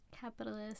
capitalist